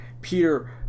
peter